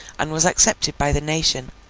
and was accepted by the nation,